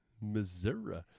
Missouri